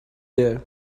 there